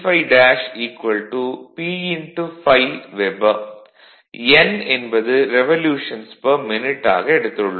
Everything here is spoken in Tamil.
N என்பது ரெவல்யூஷன்ஸ் பெர் மினிட் ஆக எடுத்துள்ளோம்